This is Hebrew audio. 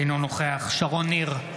אינו נוכח שרון ניר,